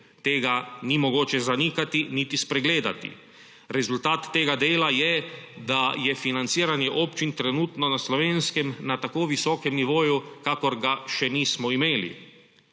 Tega ni mogoče zanikati niti spregledati. Rezultate tega dela je, da je financiranje občin trenutno na Slovenskem na tako visokem nivoju, kakor ga še nismo imeli.